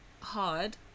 hard